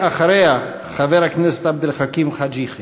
ואחריה, חבר הכנסת עבד אל חכים חאג' יחיא.